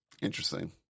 Interesting